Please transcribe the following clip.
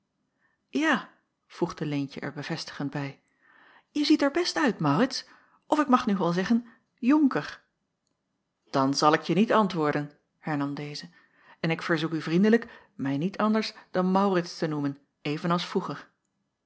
ja voegde leentje er bevestigend bij je ziet er best uit maurits of ik mag nu wel zeggen jonker dan zal ik je niet antwoorden hernam deze en ik verzoek u vriendelijk mij niet anders dan maurits te noemen even als vroeger